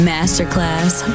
Masterclass